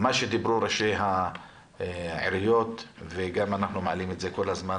מה שדיברו ראשי העיריות וגם אנחנו מעלים את זה כל הזמן,